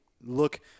look –